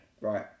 Right